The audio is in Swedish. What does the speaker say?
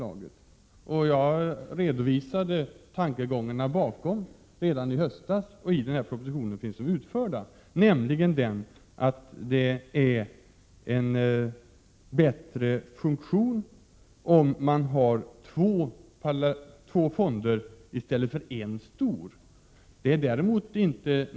Jag redovisade tankegångarna bakom redan i höstas och nu i denna proposition, nämligen att det funktionsmässigt är bättre med två fonder i stället för en stor fond.